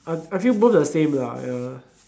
I I feel both the same lah ya